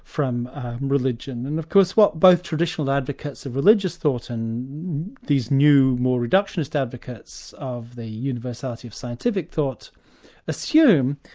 from religion. and of course what both traditional advocates of religious thought and these new, more reductionist advocates of the universality of scientific thought assume,